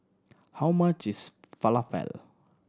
how much is Falafel